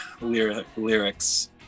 lyrics